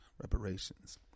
Reparations